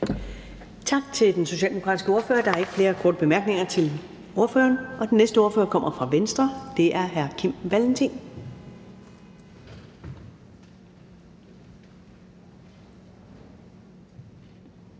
Tak til den socialdemokratiske ordfører. Der er ikke flere korte bemærkninger til ordføreren. Den næste ordfører kommer fra Venstre, og det er hr. Kim Valentin.